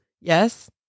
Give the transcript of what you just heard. Yes